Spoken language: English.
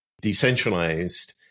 decentralized